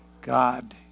God